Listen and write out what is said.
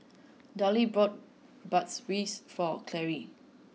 Daryle bought Bratwurst for Carri